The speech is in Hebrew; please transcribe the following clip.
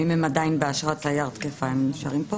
אם הם עדיין באשרת תייר תקפה הם נשארים פה.